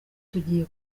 tugiye